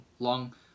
long